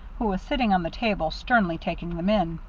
who was sitting on the table, sternly taking them in.